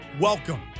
Welcome